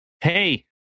hey